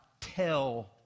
tell